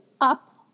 up